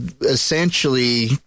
essentially